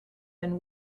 and